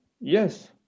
Yes